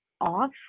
off